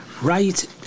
right